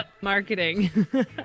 marketing